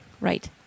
right